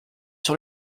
sur